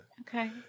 okay